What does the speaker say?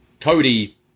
Cody